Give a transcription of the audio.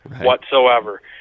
whatsoever